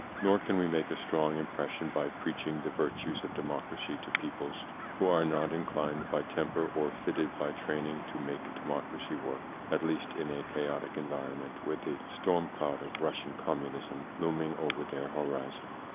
nor can we make a strong impression by preaching the virtues of democracy to peo ples so who are not in clined by temper or fitted by training to make democracy work at least in a chaotic environment with the storm cloud of rus sian communism looming over their horizon.